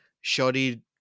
shoddy